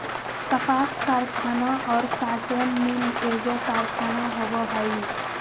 कपास कारखाना और कॉटन मिल एगो कारखाना होबो हइ